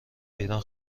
ایران